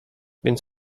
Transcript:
więc